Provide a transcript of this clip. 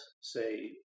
Say